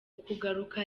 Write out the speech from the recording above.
kugaruka